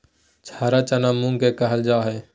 हरा चना मूंग के कहल जा हई